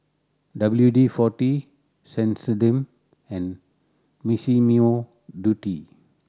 W D Forty Sensodyne and Massimo Dutti